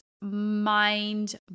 mind